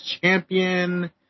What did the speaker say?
Champion